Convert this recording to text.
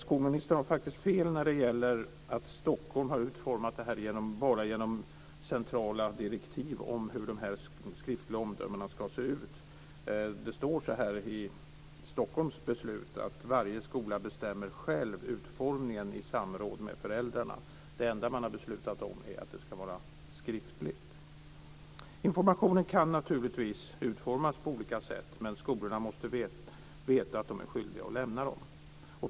Skolministern har faktiskt fel när det gäller att Stockholm har utformat det här bara genom centrala direktiv om hur de här skriftliga omdömena ska se ut. I Stockholms beslut står det att varje skola själv bestämmer utformningen i samråd med föräldrarna. Det enda man har beslutat om är att det ska vara skriftligt. Informationen kan naturligtvis utformas på olika sätt, men skolorna måste veta att de är skyldiga att lämna den.